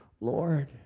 Lord